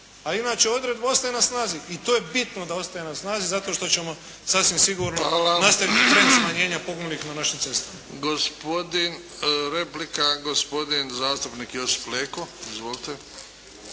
a inače odredba ostaje na snazi i to je bitno da ostaje na snazi zato što ćemo sasvim sigurno nastaviti trend smanjenja poginulih na našim cestama.